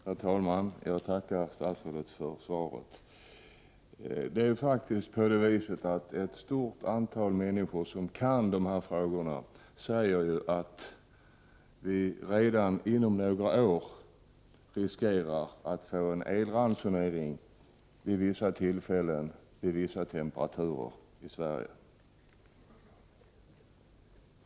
Herr talman! Jag tackar statsrådet för svaret. Det är faktiskt så att ett stort antal människor som kan dessa frågor säger att vi redan inom några år riskerar att få en elransonering vid vissa tillfällen och vid vissa temperaturer i Sverige.